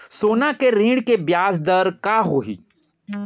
सोना के ऋण के ब्याज दर का होही?